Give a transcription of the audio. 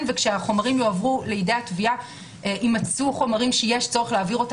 שכשהחומרים יועברו לידי התביעה יימצאו חומרים שיש צורך להעבירם